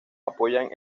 apoyan